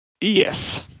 Yes